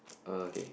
uh okay